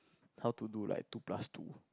how to do like two plus two